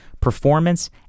performance